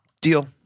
Deal